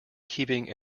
keeping